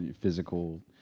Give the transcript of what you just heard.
physical